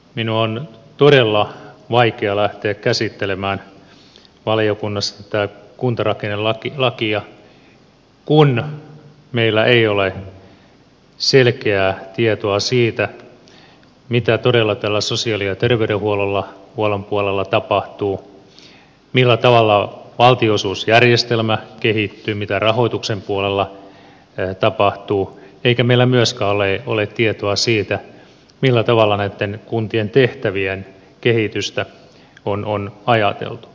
minua nyt todella vaikea lähteä käsittelemään valiokunnassa tätä kuntarakennelakia kun meillä ei ole selkeää tietoa siitä mitä todella täällä sosiaali ja terveydenhuollon puolella tapahtuu millä tavalla valtionosuusjärjestelmä kehittyy mitä rahoituksen puolella tapahtuu eikä meillä myöskään ole tietoa siitä millä tavalla näitten kuntien tehtävien kehitystä on ajateltu